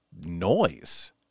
noise